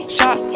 Shot